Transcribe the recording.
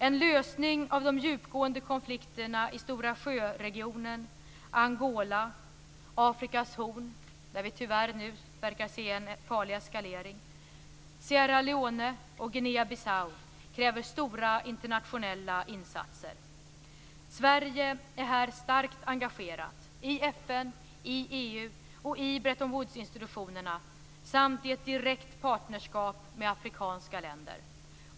En lösning av de djupgående konflikterna i Stora sjö-regionen, Angola, Afrikas horn - där vi nu tyvärr verkar se en farlig eskalering - Sierra Leone och Guinea Bissau kräver stora internationella insatser. Sverige är här starkt engagerat, i FN, i EU och i Bretton Woods-institutionerna samt i ett direkt partnerskap med afrikanska länder.